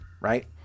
Right